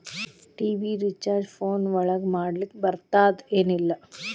TV recharge phone ಒಳಗ ಮಾಡ್ಲಿಕ್ ಬರ್ತಾದ ಏನ್ ಇಲ್ಲ?